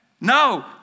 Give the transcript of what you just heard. No